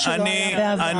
מה שלא היה בעבר.